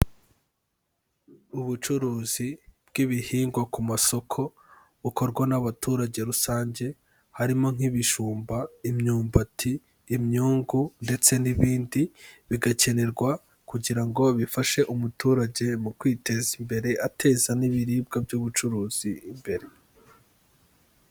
Ubucuruzi bw'ibihingwa ku masoko bukorwa n'abaturage rusange, harimo nk'ibijumba, imyumbati, imyungu ndetse n'ibindi, bigakenerwa kugira ngo bifashe umuturage mu kwiteza imbere, ateza n'ibiribwa by'ubucuruzi imbere.